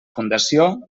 fundació